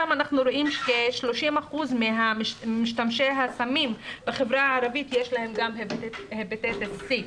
רואים שכ-30% ממשתמשי הסמים בחברה הערבית יש להם גם הפטיטיס סי.